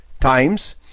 times